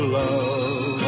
love